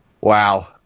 wow